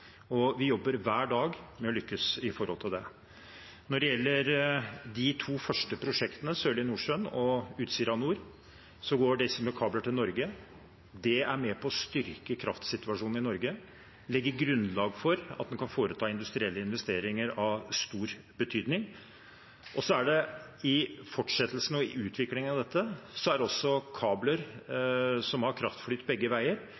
Vi jobber hver dag med å lykkes med det. Når det gjelder de to første prosjektene, Sørlige Nordsjø II og Utsira Nord, går disse med kabler til Norge. Det er med på å styrke kraftsituasjonen i Norge og legge grunnlaget for at en kan foreta industrielle investeringer av stor betydning. I fortsettelsen og utviklingen av dette er også kabler som har kraftflyt begge veier,